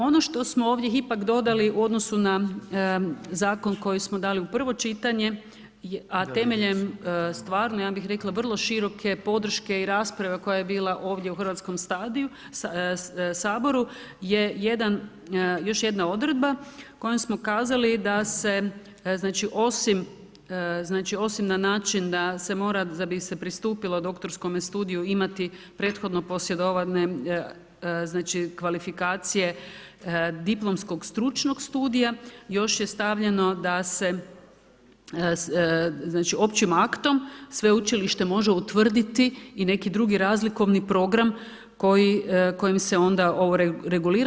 Ono što smo ovdje ipak dodali u odnosu na zakon koji smo dali na prvo čitanje, a temeljem stvarne, ja bih rekla vrlo široke podrške i rasprave koja je bila ovdje u Hrvatskom saboru, je jedan još jedna odredba, kojom smo kazali da se osim na način, da se mora, da bi se pristupilo doktorskome studiju imati prethodno posjedovanje kvalifikacije diplomskog stručnog studija, još je stavljeno da se općim aktom, sveučilište može utvrditi i neki drugi razlikovni program kojim se onda ovo regulira.